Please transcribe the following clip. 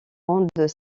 rendent